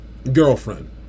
Girlfriend